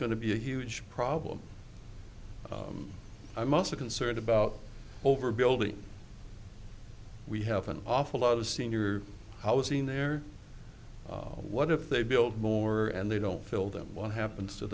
to be a huge problem i must a concerned about overbuilding we have an awful lot of senior housing there what if they build more and they don't fill them what happens to